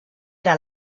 era